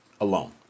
alone